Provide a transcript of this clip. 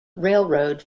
railroad